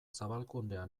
zabalkundea